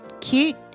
cute